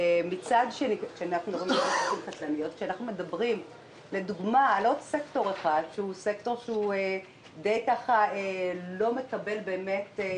וכאשר אנחנו מדברים לדוגמה על עוד סקטור אחד שלא מקבל באמת התייחסות,